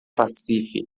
pacific